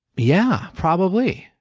yeah, probably.